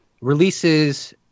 releases